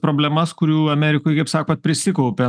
problemas kurių amerikoj kaip sakot prisikaupė